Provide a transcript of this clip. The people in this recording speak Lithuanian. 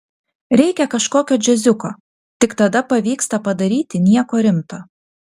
reikia kažkokio džiaziuko tik tada pavyksta padaryti nieko rimto